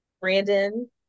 Brandon